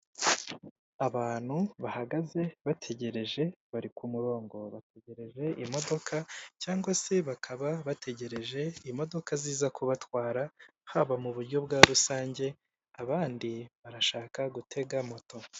Abantu bahagaze bategereje bari ku murongo bategereje imodoka, cyangwa se bakaba bategereje imodoka ziza kubatwara, haba mu buryo bwa rusange abandi barashaka gutega moto.